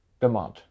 demand